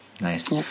Nice